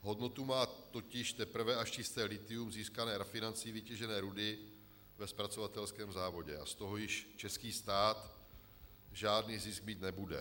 Hodnotu má totiž teprve až čisté lithium získané rafinací vytěžené rudy ve zpracovatelském závodě a z toho již český stát žádný zisk mít nebude.